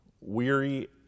Weary